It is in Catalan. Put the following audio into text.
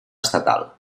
estatal